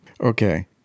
okay